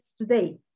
today